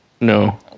No